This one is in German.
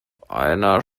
einer